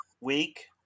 week